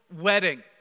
Wedding